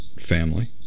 family